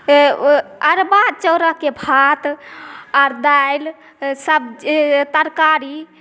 बे ओ अरबा चउरके भात आर दालि सब्जी तरकारी